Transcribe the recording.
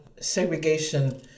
segregation